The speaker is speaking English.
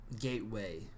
gateway